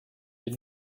did